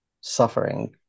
suffering